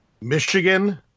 Michigan